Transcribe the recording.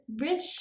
rich